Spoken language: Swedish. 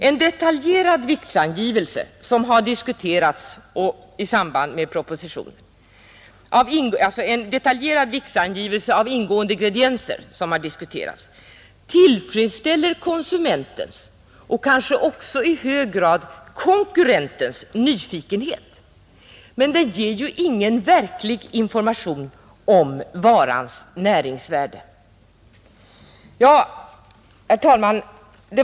En detaljerad viktangivelse av ingående ingredienser, som har diskuterats, tillfredsställer konsumenters och kanske också i hög grad konkurrenters nyfikenhet, men den ger ju ingen verklig information om varans näringsvärde. Herr talman!